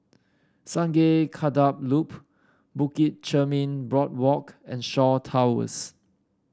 Sungei Kadut Loop Bukit Chermin Boardwalk and Shaw Towers